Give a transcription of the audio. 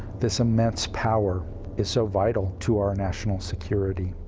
this immense power is so vital to our national security,